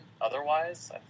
otherwise